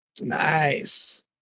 Nice